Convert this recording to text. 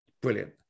brilliant